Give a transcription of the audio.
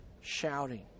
shouting